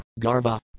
Garva